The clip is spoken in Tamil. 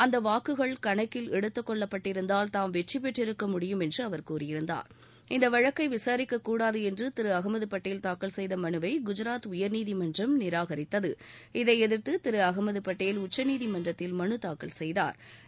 அந்த வாக்குகள் கணக்கில் எடுத்துக்கொள்ளப்பட்டிருந்தால் தாம் வெற்றி பெற்றிருக்கமுடியும் என்று அவா கூறியிருந்தார் இந்த வழக்கை விசாரிக்கக்கூடாது என்று திரு அகமது பட்டேல் தாக்கல் செய்த மனுவை குஜாத் உயர்நீதிமன்றம் நிராகரித்தது இதை எதிர்த்து திரு அகமது பட்டேல் உச்சநீதிமன்றத்தில் மனு தாக்கல் செய்தாா்